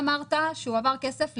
אמרת שהועבר כסף,